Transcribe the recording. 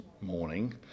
morning